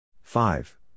Five